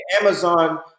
Amazon